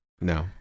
no